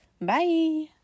Bye